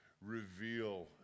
reveal